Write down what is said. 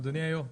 אדוני היו"ר,